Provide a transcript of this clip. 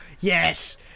Yes